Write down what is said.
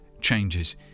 changes